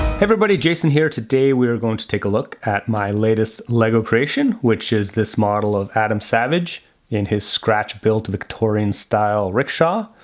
everybody, jason here. today we are going to take a look at my latest lego creation, which is this model of adam savage in his scratch-built victorian style rickshaw,